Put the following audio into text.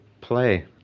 play